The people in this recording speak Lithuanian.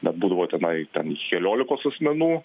net būdavo tenai ten keliolikos asmenų